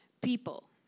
people